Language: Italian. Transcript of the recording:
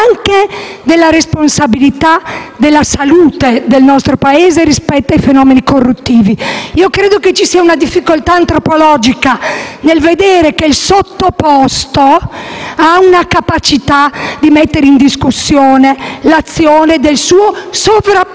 anche della responsabilità della salute del nostro Paese rispetto ai fenomeni corruttivi. Credo vi sia una difficoltà antropologica nel vedere che il sottoposto ha la capacità mettere in discussione l'azione del suo sovrapposto,